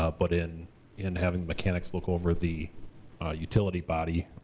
ah but in in having mechanics look over the utility body,